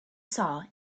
saw